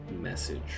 message